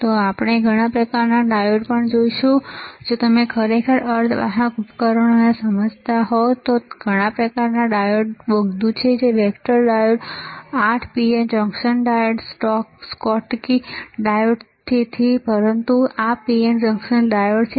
અને આપણે ઘણા પ્રકારના ડાયોડ પણ જોઈશું જો તમે ખરેખર અર્ધવાહક ઉપકરણોને સમજતા હોવ તો ત્યાં ઘણા પ્રકારના ડાયોડ બોગદું છે જ્યાં vector diode 8 pn junction diode Schottky diode તેથી પરંતુ આ PN જંકશન ડાયોડ છે